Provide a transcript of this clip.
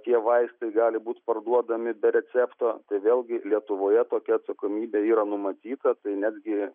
tie vaistai gali būti parduodami be recepto tai vėlgi lietuvoje tokia atsakomybė yra numatyta tai netgi